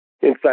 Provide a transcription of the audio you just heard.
inside